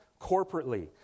corporately